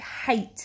hate